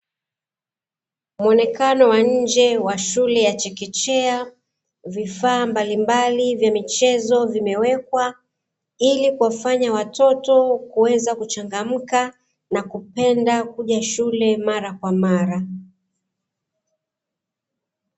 Muonekano wa nje wa shule ya chekechea, vifaa mbalimbali vya michezo vimewekwa ili kuwafanya watoto kuweza kuchangamka na kupenda kuja shule mara kwa mara.